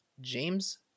James